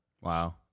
Wow